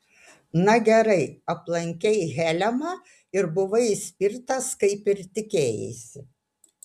na gerai aplankei helemą ir buvai išspirtas kaip ir tikėjaisi